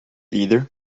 either